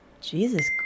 jesus